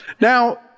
Now